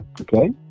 Okay